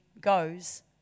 goes